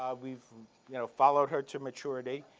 we've you know followed her to maturity.